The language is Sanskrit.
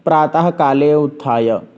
प्रातःकाले उत्थाय